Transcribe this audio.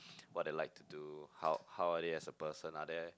what they like to do how how are they as a person are they